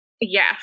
Yes